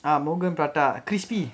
ah morgan prata crispy